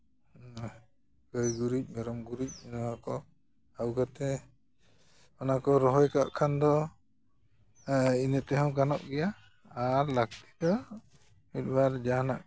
ᱜᱟᱹᱭ ᱜᱩᱨᱤᱡ ᱢᱮᱨᱚᱢ ᱜᱩᱨᱤᱡ ᱱᱚᱣᱟ ᱠᱚ ᱟᱜᱩ ᱠᱟᱛᱮ ᱚᱱᱟ ᱠᱚ ᱨᱚᱦᱚᱭ ᱠᱟᱜ ᱠᱷᱟᱱ ᱫᱚ ᱤᱱᱟᱹ ᱛᱮᱦᱚᱸ ᱜᱟᱱᱚᱜ ᱜᱮᱭᱟ ᱟᱨ ᱞᱟᱹᱠᱛᱤ ᱫᱚ ᱢᱤᱫᱼᱵᱟᱨ ᱡᱟᱦᱟᱱᱟᱜ